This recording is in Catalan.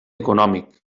econòmic